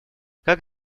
как